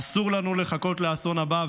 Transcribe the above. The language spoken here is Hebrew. אסור לנו לחכות לאסון הבא,